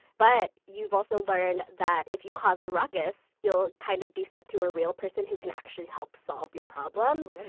but you've also learned that if you cause a ruckus, you'll kind of be sent to a real person who can actually help solve your problem.